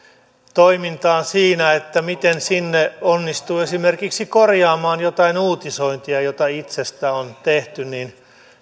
toimintaan siinä miten sinne onnistuu esimerkiksi korjaamaan jotain uutisointia jota itsestä on tehty niin